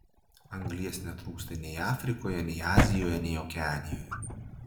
anglies netrūksta nei afrikoje nei azijoje nei okeanijoje